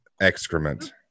excrement